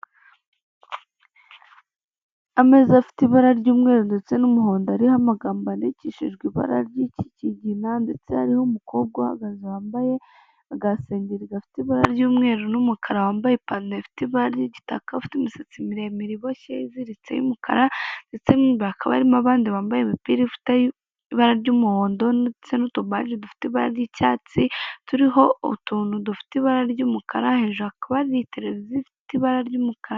Ameza afite ibara ry'umweru ndetse n'umuhondo ariho amagambo yandikishijwe ibara ry'ikigina ndetse hariho umukobwa uhagaze wambaye agasengeri gafite ibara ry'umweru n'umukara wambaye ipantaro ifite ibara ry'igitaka afite imisatsi miremire iboshye yiziritse y'umukara, ndetse mo imbere hakaba harimo abandi bambaye imipira ifite ibara ry'umuhondo n'utubaji dufite ibara ry'icyatsi turiho utuntu dufite ibara ry'umukara hejuru akaba arite zifite ibara ry'umukara.